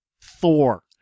Thor